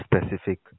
specific